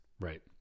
Right